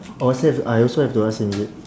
oh so I also have to ask him is it